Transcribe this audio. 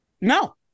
No